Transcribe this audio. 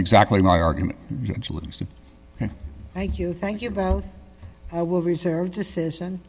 exactly my argument thank you thank you both i will reserve decision